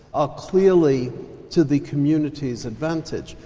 ah clearly to the community's advantage.